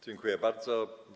Dziękuję bardzo.